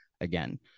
again